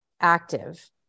active